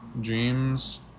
dreams